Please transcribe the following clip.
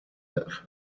have